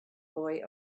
boy